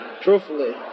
Truthfully